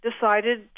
decided